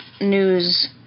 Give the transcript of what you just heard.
news